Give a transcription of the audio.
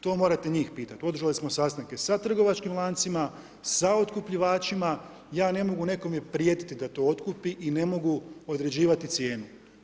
To morate njih pitati, održali smo sastanke sa trgovačkim lancima, sa otkupljivačima, ja ne mogu nekome prijetiti da to otkupi i ne mogu određivati cijenu.